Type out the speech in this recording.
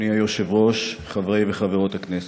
אדוני היושב-ראש, חברי וחברות הכנסת,